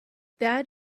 that